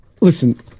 Listen